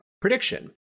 Prediction